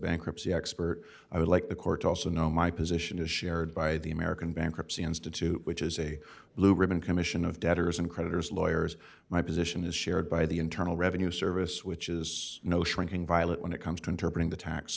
bankruptcy expert i would like the court also know my position is shared by the american bankruptcy institute which is a blue ribbon commission of debtors and creditors lawyers my position is shared by the internal revenue service which is no shrinking violet when it comes to interpreting the tax